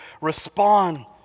respond